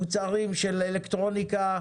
מוצרים של אלקטרוניקה,